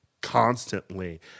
constantly